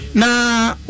na